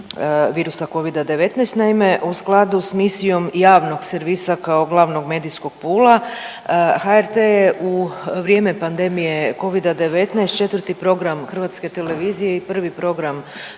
virusa Covida-19. Naime, u skladu s misijom javnog servisa kao glavnog medijskog pula HRT je u vrijeme pandemije Covida-19 četvrti program hrvatske televizije i prvi program